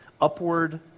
upward